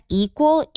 equal